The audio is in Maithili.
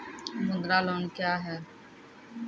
मुद्रा लोन क्या हैं?